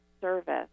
service